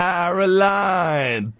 Caroline